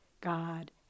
God